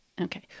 Okay